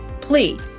Please